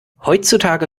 heutzutage